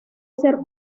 ser